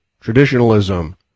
traditionalism